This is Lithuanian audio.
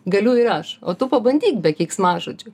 galiu ir aš o tu pabandyk be keiksmažodžių